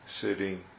sitting